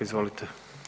Izvolite.